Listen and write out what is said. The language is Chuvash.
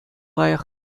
лайӑх